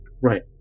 Right